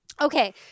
Okay